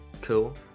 cool